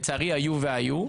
לצערי, היו והיו.